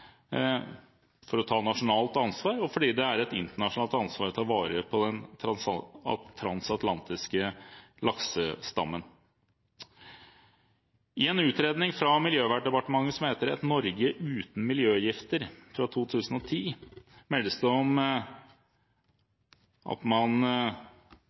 for å ta nasjonalt ansvar og fordi det er et internasjonalt ansvar å ta vare på den transatlantiske laksestammen. I en utredning fra Miljøverndepartementet som heter Et Norge uten miljøgifter, fra 2010 meldes det om